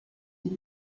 vous